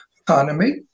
economy